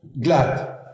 glad